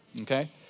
okay